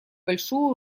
большую